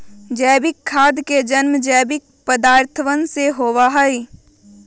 जैविक खाद के जन्म जैविक पदार्थवन से होबा हई